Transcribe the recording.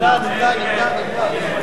להצביע.